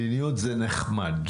מדיניות זה נחמד.